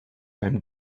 beim